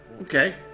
okay